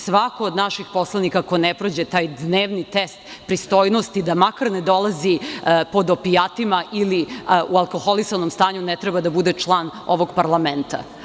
Svako od naših poslanika koji ne prođe taj dnevni test pristojnosti, da makar ne dolazi pod opijatima ili u alkoholisanom stanju, ne treba da bude član ovog parlamenta.